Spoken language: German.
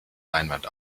leinwand